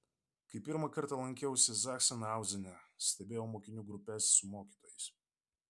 kai pirmą kartą lankiausi zachsenhauzene stebėjau mokinių grupes su mokytojais